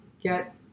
get